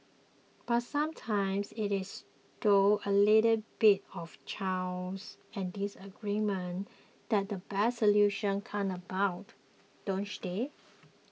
but sometimes it is through a little bit of chaos and disagreement that the best solutions come about don't they